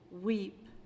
Weep